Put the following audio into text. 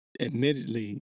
admittedly